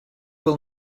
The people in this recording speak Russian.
был